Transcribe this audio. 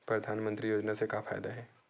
परधानमंतरी योजना से का फ़ायदा हे?